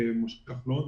משה כחלון,